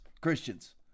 Christians